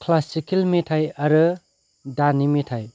classical मेथाइ आरो दानि मेथाइ